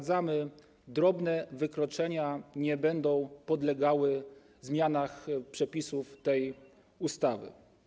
Drobne wykroczenia nie będą podlegały zmianie przepisów tej ustawy.